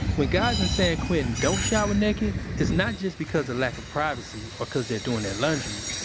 when guys in san quentin don't shower naked, it's not just because of lack of privacy, or cause they're doing their laundry.